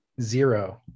Zero